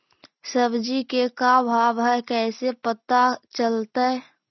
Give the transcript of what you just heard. सब्जी के का भाव है कैसे पता चलतै?